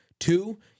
Two